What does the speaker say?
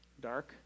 dark